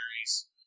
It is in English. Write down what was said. series